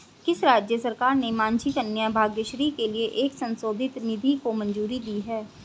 किस राज्य सरकार ने माझी कन्या भाग्यश्री के लिए एक संशोधित नीति को मंजूरी दी है?